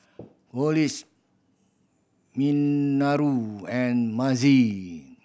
Coolidge Minoru and Mazie